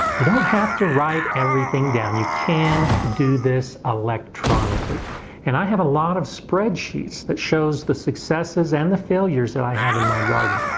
you don't have to write everything down. you can do this electronically and i have a lot of spreadsheets that shows the successes and the failures that i have in my garden.